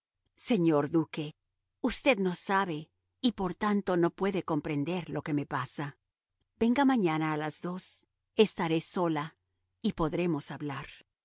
señor duque usted no sabe y por tanto no puede comprender lo que me pasa venga mañana a las dos estaré sola y podremos hablar